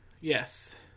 Yes